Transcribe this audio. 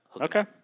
Okay